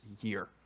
year